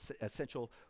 essential